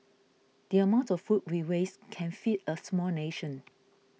the amount of food we waste can feed a small nation